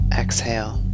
exhale